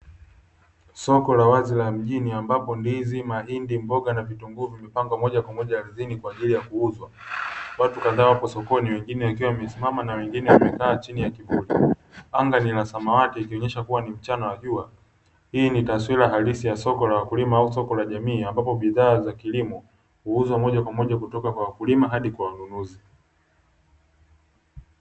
Soko la wazi la mjini ambapo ndizi mahindi mboga na vitunguu vimepangwa moja kwa moja ardhini, kwa ajili ya kuuzwa watu kadhaa wapo sokoni wengine akiwa amesimama na wengine wamekaa chini ya anga ninasema wake ikionyesha kuwa ni mchana wa jua. Hii ni taswira halisi ya soko la wakulima au soko la jamii ambapo bidhaa za kilimo kuuzwa moja kwa moja kutoka kwa wakulima hadi kwa wanunuzi.